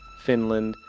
finland,